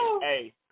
hey